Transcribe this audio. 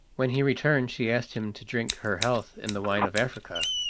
when he returned she asked him to drink her health in the wine of africa,